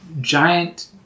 giant